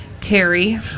terry